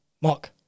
Mark